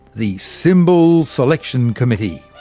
the symbol selection committee,